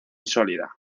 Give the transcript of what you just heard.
sólida